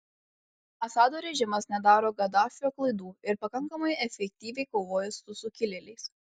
assado režimas nedaro gaddafio klaidų ir pakankamai efektyviai kovoja su sukilėliais